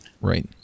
Right